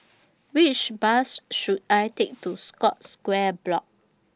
Which Bus should I Take to Scotts Square Block